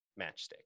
Matchstick